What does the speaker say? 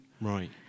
Right